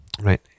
Right